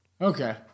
Okay